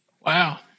Wow